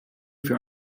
für